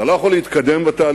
אתה לא יכול להתקדם בתהליך,